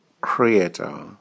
creator